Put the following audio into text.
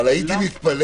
אבל הייתי מתפלא